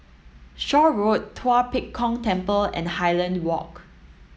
Shaw Road Tua Pek Kong Temple and Highland Walk